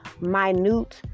minute